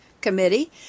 committee